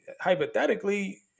hypothetically